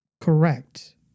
correct